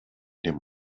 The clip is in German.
dem